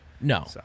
no